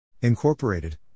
Incorporated